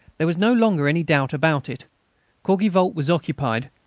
there was no longer any doubt about it courgivault was occupied,